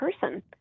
person